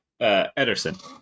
Ederson